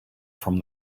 from